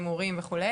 הימורים וכו'.